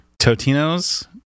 Totino's